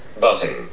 button